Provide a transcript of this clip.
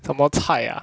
什么菜呀